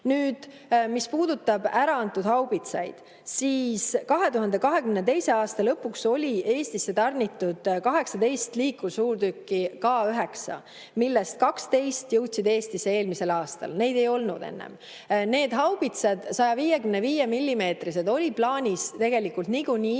Nüüd, mis puudutab äraantud haubitsaid, siis 2022. aasta lõpuks oli Eestisse tarnitud 18 liikursuurtükki K9, millest 12 jõudsid Eestisse eelmisel aastal. Neid ei olnud enne. Need haubitsad, 155-millimeetrised, oli plaanis tegelikult niikuinii